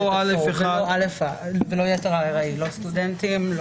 לא סטודנטים.